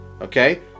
Okay